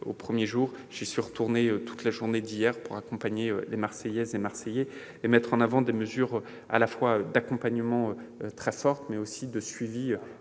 le jour même, et y suis retourné toute la journée, hier, pour accompagner les Marseillaises et Marseillais et mettre en avant des mesures fortes à la fois d'accompagnement, mais aussi de suivi